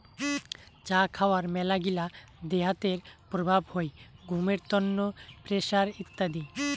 চা খাওয়ার মেলাগিলা দেহাতের প্রভাব হই ঘুমের তন্ন, প্রেসার ইত্যাদি